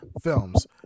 films